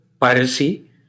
piracy